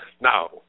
Now